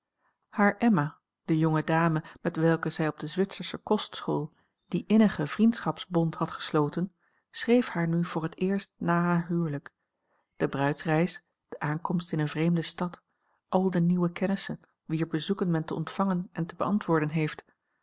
hare emma de jonge dame met welke zij op de zwitsersche kostschool dien innigen vriendschapsbond had gesloten schreef haar nu voor t eerst na haar huwelijk de bruidsreis de aankomst in eene vreemde stad al de nieuwe kennissen wier bezoeken men te ontvangen en te beantwoorden heeft